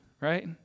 right